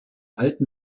alten